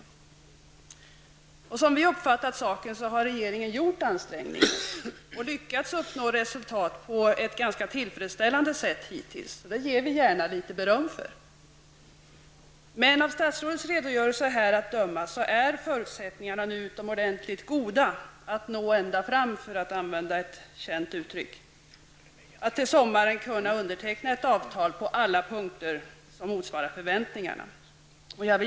Som vi i folkpartiet har uppfattat saken har regeringen gjort ansträngningar och har lyckats uppnå resultat på ett hittills tillfredsställande sätt. Det ger vi gärna litet beröm för. Men av statsrådets redogörelse att döma är förutsättningarna nu utomordentligt goda att nå ända fram -- för att använda ett känt uttryck -- att till sommaren kunna underteckna ett avtal på alla punkter som motsvarar förväntningarna.